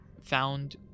found